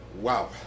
Wow